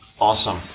Awesome